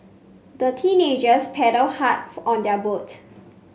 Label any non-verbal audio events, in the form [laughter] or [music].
the teenagers paddled hard [unintelligible] on their boat